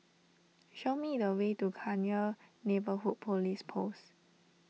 show me the way to Cairnhill Neighbourhood Police Post